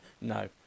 No